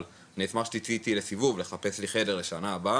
אבל אני אשמח מאוד שאת תצאי איתי לסיבוב ככה לחפש לי חדר לשנה הבאה.